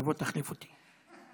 תבוא ותחליף אותי.